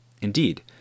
Indeed